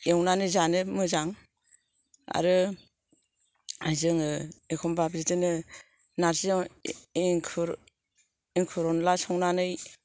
एवनानै जानो मोजां आरो जोङो एखम्बा बिदिनो नारजि एंखुर एंखुर अनला संनानै